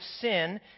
sin